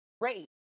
great